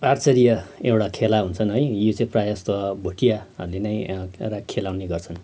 archery एउटा खेला हुन्छन् है यो चाहिँ प्राय जस्तो अब भुटियाहरूले नै एउटा खेलाउने गर्छन्